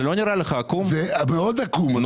זה מאוד עקום,